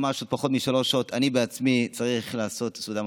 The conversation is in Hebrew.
ממש עוד פחות משלוש שעות אני בעצמי צריך לעשות סעודה מפסקת,